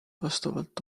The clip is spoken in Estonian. vastavalt